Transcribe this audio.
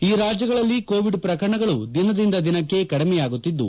ಈ ರಾಜ್ಲಗಳಲ್ಲಿ ಕೋವಿಡ್ ಪ್ರಕರಣಗಳು ದಿನದಿಂದ ದಿನಕ್ಕೆ ಕಡಿಮೆಯಾಗುತ್ತಿದ್ದು